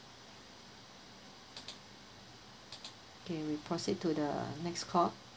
okay we proceed to the next call